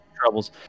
troubles